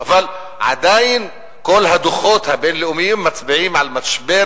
אבל עדיין כל הדוחות הבין-לאומיים מצביעים על משבר